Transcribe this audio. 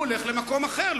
הוא הולך למקום אחר,